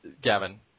Gavin